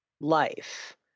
life